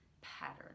pattern